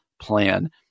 plan